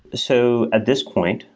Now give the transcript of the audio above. so at this point,